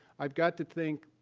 i've got to think,